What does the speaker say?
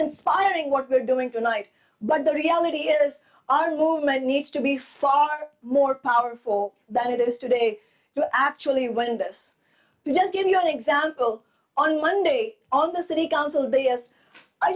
inspiring what we're doing tonight but the reality is our government needs to be far more powerful than it is today but actually when this bill does give you an example on monday on the city council th